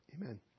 Amen